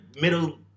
middle